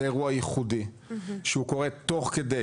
זה אירוע ייחודי, שקורה תוך כדי